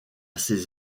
ses